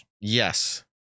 Yes